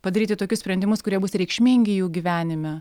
padaryti tokius sprendimus kurie bus reikšmingi jų gyvenime